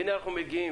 והנה אנחנו מגיעים.